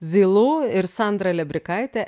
zilu ir sandra lebrikaitė